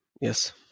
Yes